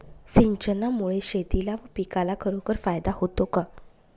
सिंचनामुळे शेतीला व पिकाला खरोखर फायदा होतो का?